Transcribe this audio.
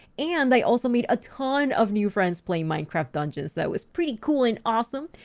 and i also made a ton of new friends playing minecraft dungeons. that was pretty cool and awesome.